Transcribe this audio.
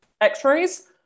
x-rays